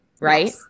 right